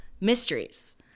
mysteries